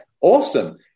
awesome